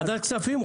ועדת כספים.